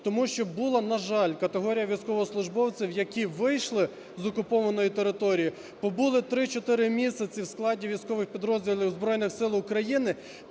тому що була, на жаль, категорія військовослужбовців, які вийшли з окупованої території, побули 3-4 місяці у складі військових підрозділів Збройних Сил України,